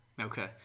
Okay